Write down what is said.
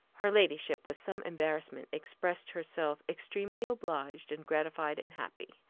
her ladyship, with some embarrassment, expressed herself extremely obliged, and gratified, and happy.